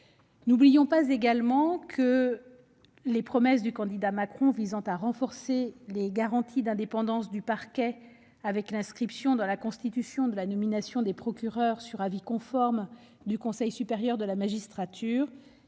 N'oublions pas non plus que les promesses du candidat Macron visant à renforcer les garanties d'indépendance du parquet, avec l'inscription dans la Constitution de la nomination des procureurs sur avis conforme du Conseil supérieur de la magistrature,